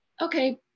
okay